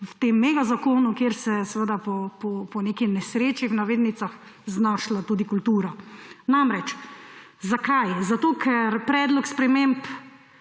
v tem megazakonu, kjer se je po neki nesreči, v navednicah, znašla tudi kultura. Zakaj? Zato ker predlog sprememb